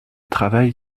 travaille